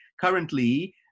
Currently